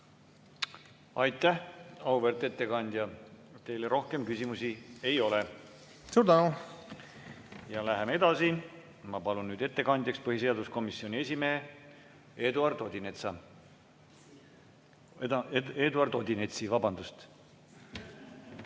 Aitäh, auväärt ettekandja! Teile rohkem küsimusi ei ole. Suur tänu! Ja läheme edasi. Ma palun nüüd ettekandjaks põhiseaduskomisjoni esimehe Eduard Odinetsa. Eduard Odinetsi, vabandust!